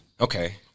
Okay